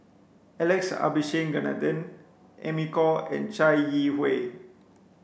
Alex Abisheganaden Amy Khor and Chai Yee Wei